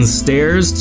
stairs